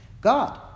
God